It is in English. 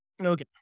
Okay